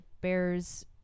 bears